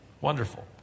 Wonderful